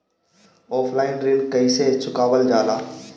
Offline ऋण कइसे चुकवाल जाला?